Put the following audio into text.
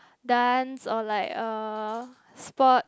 dance or like a sport